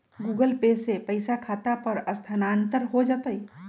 Google Pay से पईसा खाता पर स्थानानंतर हो जतई?